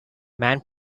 man